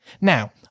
Now